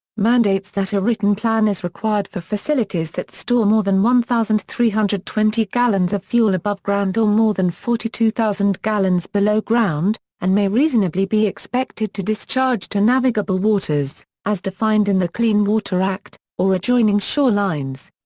mandates that a written plan is required for facilities that store more than one thousand three hundred and twenty gallons of fuel above ground or more than forty two thousand gallons below-ground, and may reasonably be expected to discharge to navigable waters as defined in the clean water act or adjoining shorelines.